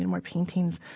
and more paintings,